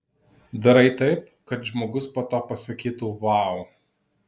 darai taip kad žmogus po to pasakytų vau